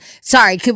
sorry